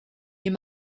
you